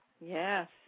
Yes